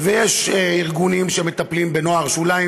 ויש ארגונים שמטפלים בנוער שוליים,